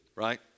Right